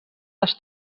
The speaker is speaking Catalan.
les